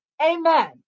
Amen